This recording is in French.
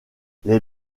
les